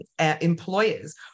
employers